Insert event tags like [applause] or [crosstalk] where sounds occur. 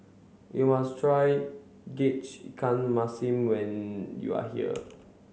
you must try [unintelligible] ikan Masin when you are here